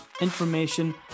information